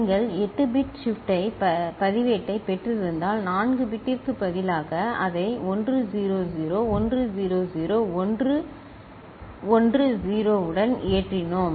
நீங்கள் 8 bit shift பதிவேட்டைப் பெற்றிருந்தால் 4 பிட்டிற்குப் பதிலாக அதை 1 0 0 1 0 0 1 1 0 உடன் ஏற்றினோம்